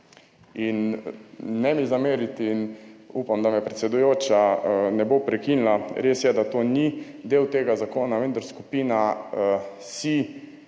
SIJ. Ne mi zameriti, upam, da me predsedujoča ne bo prekinila, res je, da to ni del tega zakona, vendar Skupina